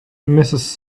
mrs